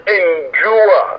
endure